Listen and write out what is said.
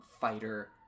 fighter